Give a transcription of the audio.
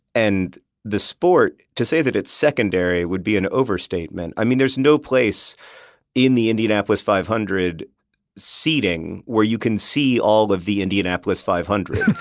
and the sport, to say that it's secondary would be an overstatement. i mean, there's no place in the indianapolis five hundred seating where you can see all of the indianapolis five hundred.